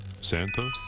Santa